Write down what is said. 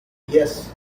yes